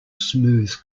smooth